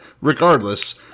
regardless